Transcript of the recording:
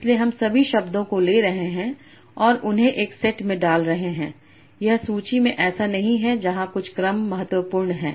इसलिए हम सभी शब्दों को ले रहे हैं और उन्हें एक सेट में डाल रहे हैं यह सूची में ऐसा नहीं है जहां कुछ क्रम महत्वपूर्ण है